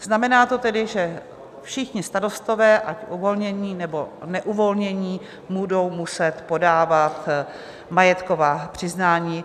Znamená to tedy, že všichni starostové, ať uvolnění, nebo neuvolnění, budou muset podávat majetková přiznání.